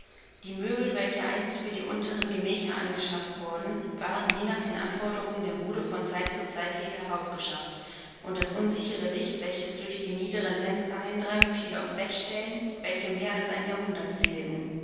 die möbel welche einst für die unteren gemächer angeschafft worden waren je nach den anforderungen der mode von zeit zu zeit hier herauf geschafft und das unsichere licht welches durch die niederen fenster eindrang fiel auf bettstellen welche mehr als ein jahrhundert zählten